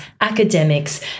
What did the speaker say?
academics